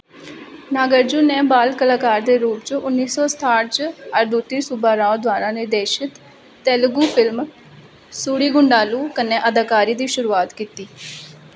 नागार्जुन ने बाल कलाकार दे रूप च उन्नी सौ सताट च आदुर्ति सुब्बा राव द्वारा निर्देशत तेलुगु फिल्म सुडीगुंडालु कन्नै अदाकारी दी शुरुआत कीती